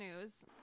News